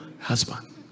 husband